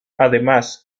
además